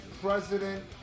president